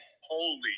Holy